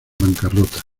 bancarrota